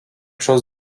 šios